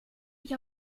mich